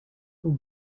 who